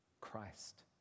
Christ